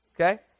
Okay